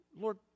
Lord